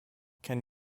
can